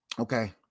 Okay